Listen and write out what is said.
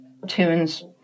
Tunes